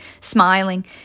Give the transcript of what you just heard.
Smiling